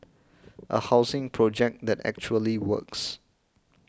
a housing project that actually works